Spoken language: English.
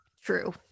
True